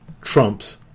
trumps